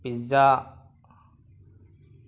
pizza